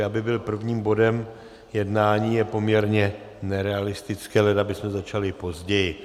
Čili aby byl prvním bodem jednání, je poměrně nerealistické, leda bychom začali později.